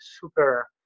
super